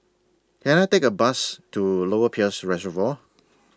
Can I Take A Bus to Lower Peirce Reservoir